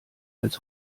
als